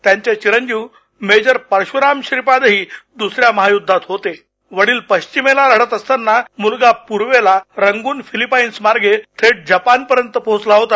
त्यांचे चिरंजीव मेजर परशुराम श्रीपादही दुसऱ्या महायुद्धात होते वडील पश्चिमेला लढत असताना मुलगा पूर्वेला रंगून फिलीपाईन्स मार्गे थेट जपानपर्यंत पोहोचला होता